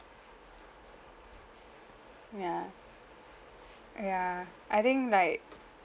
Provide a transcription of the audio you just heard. mm ya uh ya I think like